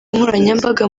nkoranyambaga